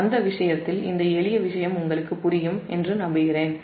எனவே இந்த எளிய விஷயம் உங்களுக்கு புரியும் என்று நம்புகிறேன்